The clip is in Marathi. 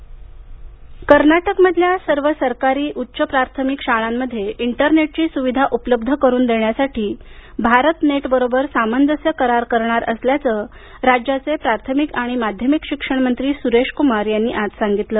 कर्नाटक भारतनेट कर्नाटकमधल्या सर्व सरकारी उच्च प्राथमिक शाळांमध्ये इंटरनेटची सुविधा उपलब्ध करून देण्यासाठी भारत नेट बरोबर सामंजस्य करार करणार असल्याचं राज्याचे प्राथमिक आणि माध्यमिक शिक्षण मंत्री सुरेश कुमार यांनी आज सांगितलं